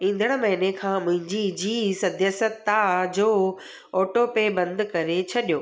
ईंदड़ु महीने खां मुंहिंजी ज़ी सदस्यता जो ऑटो पे बंदि करे छॾियो